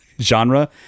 genre